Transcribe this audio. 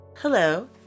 Hello